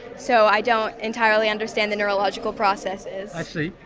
so i don't entirely understand the neurological processes. i see.